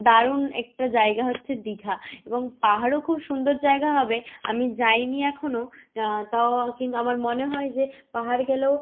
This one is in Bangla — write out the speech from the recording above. দারুণ একটা জায়গা হচ্ছে দীঘা এবং পাহাড়ও খুব সুন্দর জায়গা হবে আমি যাইনি এখনও তাও কিন্তু আমার মনে হয় যে পাহাড় গেলেও